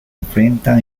enfrenta